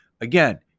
again